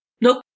Nope